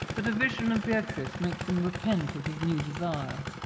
but a vision of beatrice makes him repent of his new desire.